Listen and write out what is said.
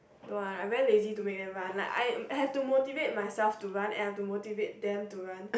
don't want I very lazy to make them run like I have to motivate myself to run and I have to motivate them to run